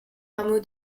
rameau